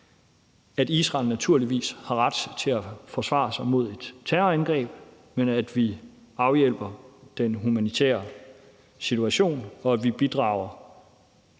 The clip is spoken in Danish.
at Israel naturligvis har ret til at forsvare sig mod et terrorangreb, men hvor vi også afhjælper den humanitære situation. Vi bidrager